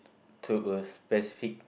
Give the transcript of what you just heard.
to a specific